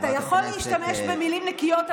אתה יכול להשתמש במילים נקיות,